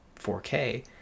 4K